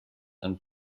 and